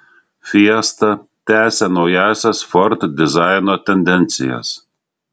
fiesta tęsia naująsias ford dizaino tendencijas